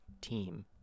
team